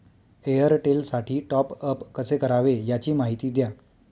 एअरटेलसाठी टॉपअप कसे करावे? याची माहिती द्या